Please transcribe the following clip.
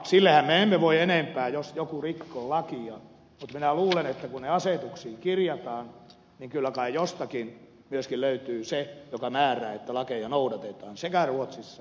sillehän me emme voi enempää jos joku rikkoo lakia mutta minä luulen että kun asiat asetuksiin kirjataan niin kyllä kai jostakin myöskin löytyy se joka määrää että lakeja noudatetaan sekä ruotsissa että suomessa